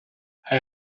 hij